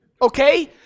okay